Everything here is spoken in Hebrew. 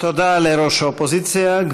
תודה לראש האופוזיציה.